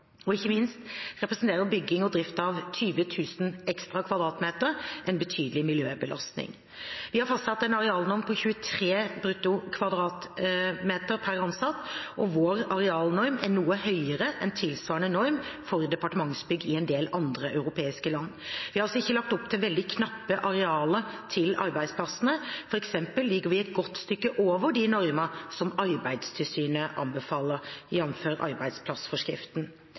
og økte driftskostnader. Og ikke minst representerer bygging og drift av 20 000 m2 ekstra en betydelig miljøbelastning. Vi har fastsatt en arealnorm på 23 m2 BTA per ansatt. Vår arealnorm er noe høyere enn tilsvarende norm for departementsbygg i en del andre europeiske land. Vi har altså ikke lagt opp til veldig knappe arealer til arbeidsplassene. For eksempel ligger vi et godt stykke over de normer som Arbeidstilsynet anbefaler, jf. arbeidsplassforskriften.